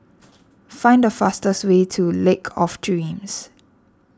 find the fastest way to Lake of Dreams